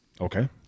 Okay